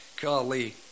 Golly